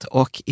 och